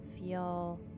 feel